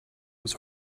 was